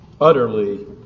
utterly